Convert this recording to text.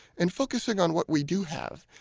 and focusing on what we do have.